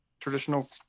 traditional